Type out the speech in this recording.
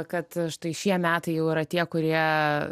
kad štai šie metai jau yra tie kurie